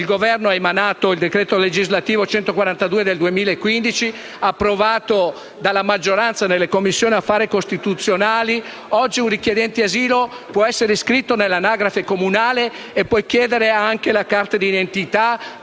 il Governo ha emanato il decreto legislativo n. 142 del 2015, approvato dalla maggioranza in Commissione affari costituzionali, un richiedente asilo può essere iscritto all'anagrafe comunale e può richiedere anche la carte d'identità,